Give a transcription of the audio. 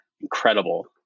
incredible